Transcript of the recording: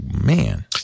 man